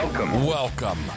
Welcome